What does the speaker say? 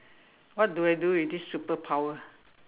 what do I do with this superpower